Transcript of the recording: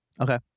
Okay